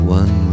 one